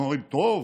הם אומרים: טוב,